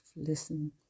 listen